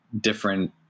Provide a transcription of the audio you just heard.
different